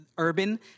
Urban